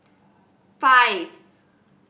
five